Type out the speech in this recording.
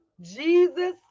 Jesus